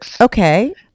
okay